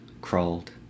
crawled